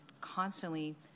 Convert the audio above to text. constantly